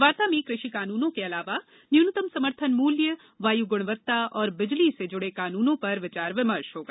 वार्ता में कृषि कानूनों के अलावा न्यूनतम समर्थन मूल्य वायु गुणवत्ता और बिजली से जुड़े कानूनों पर विचार विमर्श होगा